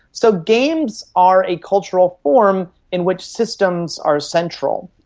so games are a cultural form in which systems are central.